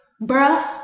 bruh